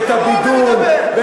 מספיק.